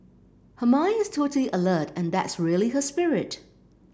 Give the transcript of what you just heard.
her mind is totally alert and that's really her spirit